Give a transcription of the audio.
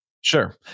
Sure